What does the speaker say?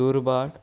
दुर्भाट